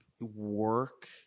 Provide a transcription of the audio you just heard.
work